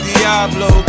Diablo